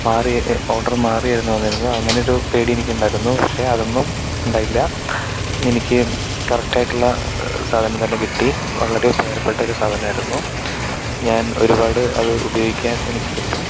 മാറി ഓർഡർ മാറിയായിരുന്നു വന്നിരുന്നത് അങ്ങനെ ഒരു പേടിയെനിക്ക് ഉണ്ടായിരുന്നു പക്ഷെ അതൊന്നും ഉണ്ടായില്ല എനിക്ക് കറക്റ്റ് ആയിട്ടുള്ള സാധനം തന്നെ കിട്ടി വളരെ ഉപകാരപ്പെട്ട ഒരു സാധനമായിരുന്നു ഞാൻ ഒരുപാട് അത് ഉപയോഗിക്കാൻ എനിക്ക് പറ്റും